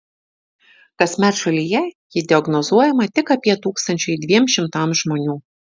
kasmet šalyje ji diagnozuojama tik apie tūkstančiui dviem šimtams žmonių